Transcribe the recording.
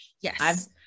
yes